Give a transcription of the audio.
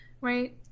right